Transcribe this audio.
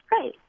right